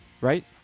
right